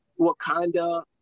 Wakanda